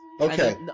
okay